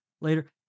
later